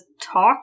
talk